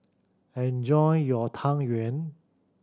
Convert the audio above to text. enjoy your Tang Yuen